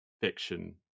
fiction